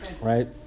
Right